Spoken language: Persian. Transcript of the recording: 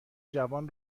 جوان